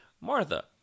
martha